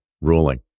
Ruling